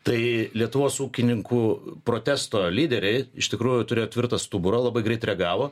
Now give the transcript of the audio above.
tai lietuvos ūkininkų protesto lyderiai iš tikrųjų turėjo tvirtą stuburą labai greit reagavo